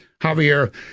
Javier